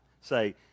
say